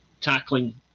tackling